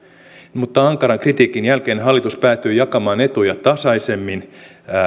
mutta ankaran kritiikin jälkeen hallitus päätyi jakamaan etuja tasaisemmin